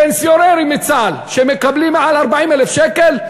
פנסיונרים של צה"ל שמקבלים יותר מ-40,000 שקל,